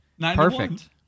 perfect